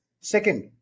second